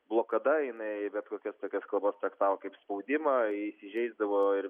blokada jinai bet kokias tokias kalbas traktavo kaip spaudimą įsižeisdavo ir